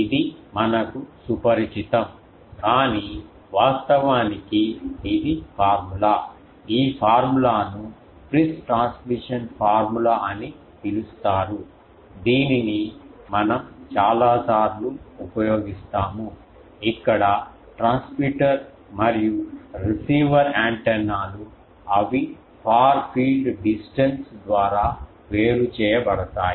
ఇది మనకు సుపరిచితం కానీ వాస్తవానికి ఇది ఫార్ములా ఈ ఫార్ములాను Friis ట్రాన్స్మిషన్ ఫార్ములా అని పిలుస్తారు దీనిని మనం చాలాసార్లు ఉపయోగిస్తాము ఇక్కడ ట్రాన్స్మిటర్ మరియు రిసీవర్ యాంటెనాలు అవి ఫార్ ఫీల్డ్ డిస్టెన్స్ ద్వారా వేరు చేయబడతాయి